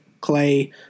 Clay